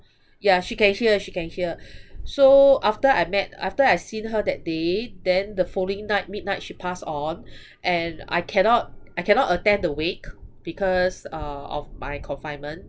ya she can hear she can hear so after I met after I seen her that day then the following night midnight she pass on and I cannot I cannot attend the wake because uh of my confinement